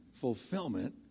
fulfillment